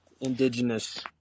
indigenous